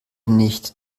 nicht